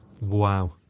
Wow